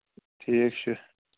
ٹھیٖک چھُ